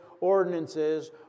ordinances